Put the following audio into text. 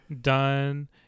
Done